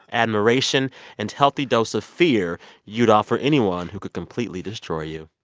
admiration and healthy dose of fear you'd offer anyone who could completely destroy you